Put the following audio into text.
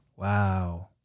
Wow